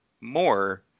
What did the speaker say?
more